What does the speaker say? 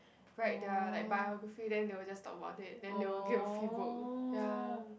write their like biography then they will just talk about it then they will give a free book ya